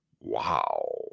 wow